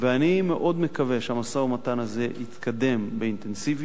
אני מאוד מקווה שהמשא-ומתן הזה יתקדם באינטנסיביות,